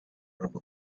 prabhu